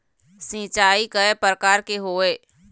सिचाई कय प्रकार के होये?